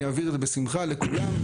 אני אעביר את זה בשמחה לכולם.